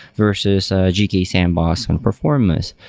versus gke sandbox and performance.